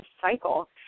cycle